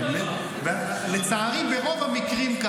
לצערי ברוב המקרים,